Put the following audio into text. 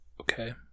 Okay